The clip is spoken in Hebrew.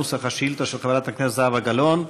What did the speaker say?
נוסח השאילתה של חברת הכנסת זהבה גלאון: